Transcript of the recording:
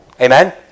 Amen